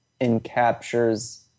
encaptures